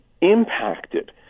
impacted